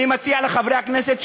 אני מציע לחברי הכנסת,